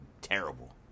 terrible